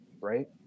Right